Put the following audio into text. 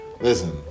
Listen